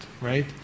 right